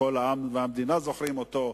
שכל העם והמדינה זוכרים אותו,